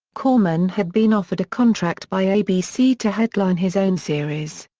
korman had been offered a contract by abc to headline his own series.